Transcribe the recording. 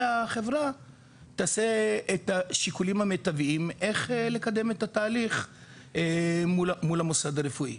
שהחברה תעשה את השיקולים המיטביים איך לקדם את התהליך מול המוסד הרפואי.